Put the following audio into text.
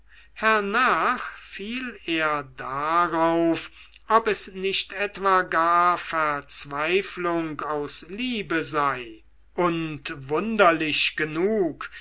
hernach fiel er darauf ob es nicht etwa gar verzweiflung aus liebe sei und wunderlich genug